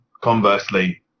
conversely